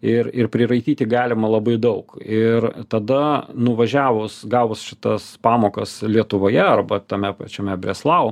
ir ir priraityti galima labai daug ir tada nuvažiavus gavus šitas pamokas lietuvoje arba tame pačiame breslau